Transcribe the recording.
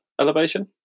elevation